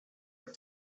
have